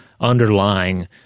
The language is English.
underlying